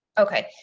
okay.